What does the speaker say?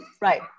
Right